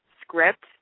script